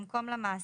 במקום "למעסיק,